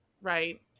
Right